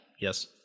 Yes